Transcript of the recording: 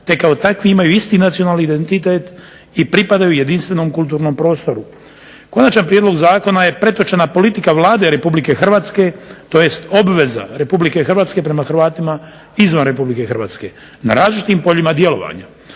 te kao takvi imaju isti nacionalni identitet i pripadaju jedinstvenom kulturnom prostoru. Konačan prijedlog zakona je pretočena politika Vlade RH tj. obveza RH prema Hrvatima izvan RH na različitim poljima djelovanja,